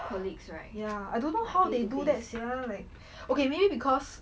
colleagues right like face to face